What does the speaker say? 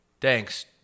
thanks